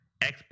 Xbox